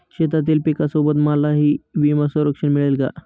शेतीतील पिकासोबत मलाही विमा संरक्षण मिळेल का?